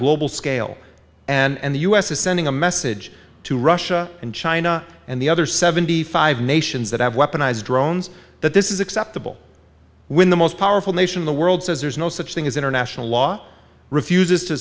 global scale and the u s is sending a message to russia and china and the other seventy five nations that have weaponized drones that this is acceptable when the most powerful nation in the world says there's no such thing as international law refuses to